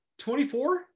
24